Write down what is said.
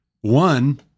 One